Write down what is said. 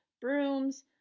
Brooms